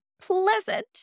pleasant